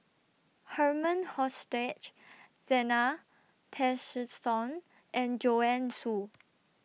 Herman Hochstadt Zena Tessensohn and Joanne Soo